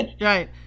right